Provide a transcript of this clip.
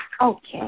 Okay